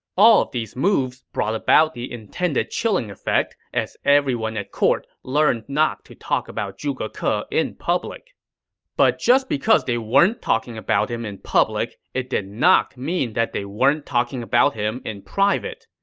all these moves brought about the intended chilling effect, as everyone at court learned not to talk about zhuge ke ah in public but just because they weren't talking about him in public, it did not mean they weren't talking about him in private.